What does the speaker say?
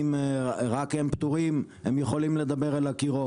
אם רק הם פטורים הם יכולים לדבר אל הקירות.